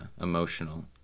emotional